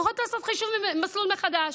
צריכות לעשות חישוב מסלול מחדש.